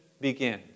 begins